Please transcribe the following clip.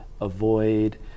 avoid